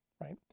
right